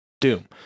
doom